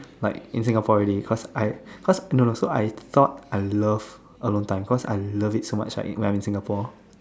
like in Singapore already cause I cause no no so I thought I love alone time cause I love it so much like when I'm in Singapore